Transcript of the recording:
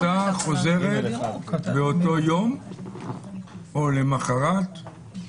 שהטיסה חוזרת באותו יום או למחרת?